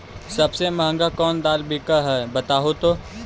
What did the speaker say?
सबसे महंगा कोन दाल बिक है बताहु तो?